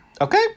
okay